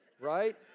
right